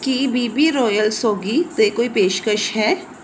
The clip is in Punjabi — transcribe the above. ਕੀ ਬੀ ਬੀ ਰਾਇਲ ਸੌਗੀ 'ਤੇ ਕੋਈ ਪੇਸ਼ਕਸ਼ ਹੈ